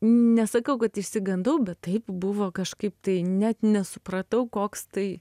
nesakiau kad išsigandau bet taip buvo kažkaip tai net nesupratau koks tai